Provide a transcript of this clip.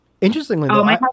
interestingly